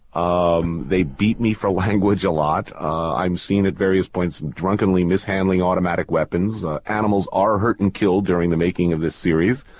um they beat me for language a lot, i'm seen at various points and drunkenly mishandling automatic weapons, animals are hurt and killed during the making of this series.